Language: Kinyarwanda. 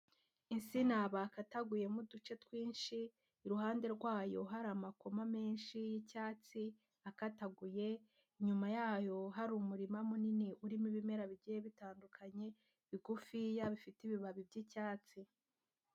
Insina bakataguyemo uduce twinshi iruhande rwayo hari amakoma menshi y'icyatsi akataguye inyuma yayo hari umurima munini urimo ibimera bigiye bitandukanye bigufiya bifite ibibabi by'icyatsi.